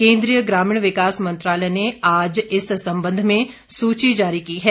केन्द्रीय ग्रामीण विकास मंत्रालय ने आज इस संबंध में सूची जारी की है